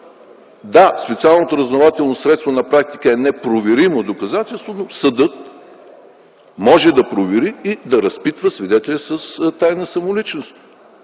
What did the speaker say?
Да, специалното разузнавателно средство на практика е непроверимо доказателство, но съдът може да провери и да разпитва свидетеля с тайна самоличност.